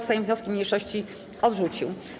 Sejm wnioski mniejszości odrzucił.